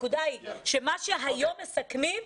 הנקודה היא שמה שהיום מסכמים,